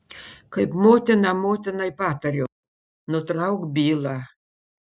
kaip motina motinai patariu nutrauk bylą